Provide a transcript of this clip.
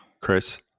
Chris